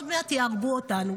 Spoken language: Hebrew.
עוד מעט יהרגו אותנו.